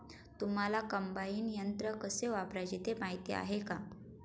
तुम्हांला कम्बाइन यंत्र कसे वापरायचे ते माहीती आहे का?